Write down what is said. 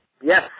Yes